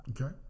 Okay